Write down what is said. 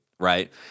Right